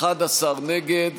11 נגד,